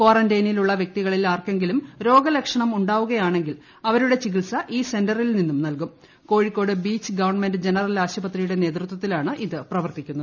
കാറന്റൈനിലുളള വൃക്തികളിൽ ആർക്കെങ്കിലും രോഗ ലക്ഷണം ഉണ്ടാവുകയാണെങ്കിൽ അവരുടെ ചികിത്സ ഈ സെന്ററിൽ നിന്നും നൽകും കോഴിക്കോട് ബീച്ച് ഗവൺമെന്റ് ജനറൽ ആശുപത്രിയുടെ നേതൃത്വത്തിലാണ് ഇത് പ്രവർത്തിക്കുന്നത്